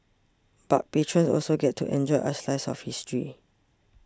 but patrons also get to enjoy a slice of history